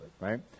right